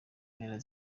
mpera